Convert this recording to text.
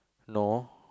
no